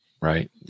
right